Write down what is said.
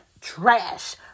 trash